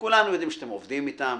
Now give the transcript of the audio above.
כולם יודעים שאתם עובדים איתם,